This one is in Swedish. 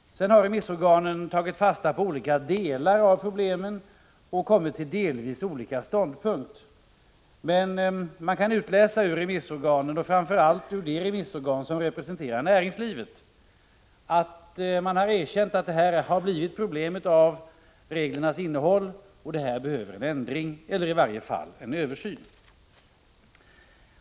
Remissorganen har tagit fasta på olika delar av problemen och kommit till delvis olika ståndpunkt. Men man kan utläsa av remissvaren, och framför allt från de organ som representerar näringslivet, att man erkänner att reglernas innehåll har medfört problem och att det behövs en ändring eller i varje fall en översyn.